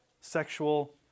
sexual